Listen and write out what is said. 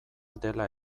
dela